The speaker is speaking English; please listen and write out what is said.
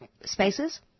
spaces